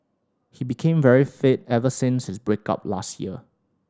he became very fit ever since his break up last year